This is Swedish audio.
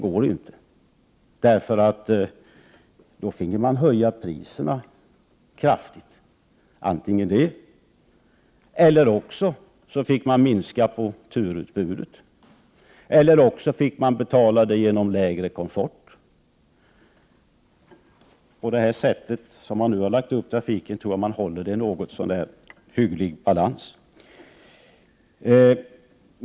Då finge man höja priserna kraftigt eller minska på turutbudet eller ta lägre komfort. På det sätt man nu lagt upp trafiken tror jag man håller en hygglig balans.